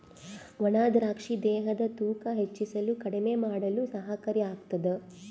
ಒಣ ದ್ರಾಕ್ಷಿ ದೇಹದ ತೂಕ ಹೆಚ್ಚಿಸಲು ಕಡಿಮೆ ಮಾಡಲು ಸಹಕಾರಿ ಆಗ್ತಾದ